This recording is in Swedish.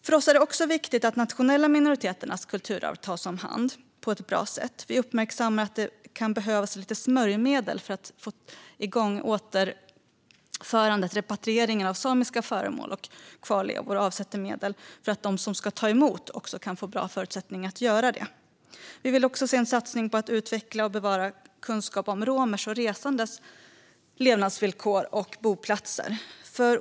För oss är det också viktigt att de nationella minoriteternas kulturarv tas om hand på ett bra sätt. Det kan behövas lite smörjmedel för att få igång återförandet, repatrieringen, av samiska föremål och kvarlevor. Vi avsätter medel för att de som ska ta emot ska få bra förutsättningar för att göra det. Vi vill också se en satsning på att utveckla och bevara kunskap om romers och resandes levnadsvillkor och boplatser.